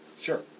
sure